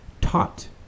taught